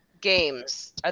games